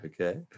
okay